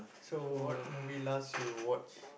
so what movie last you watch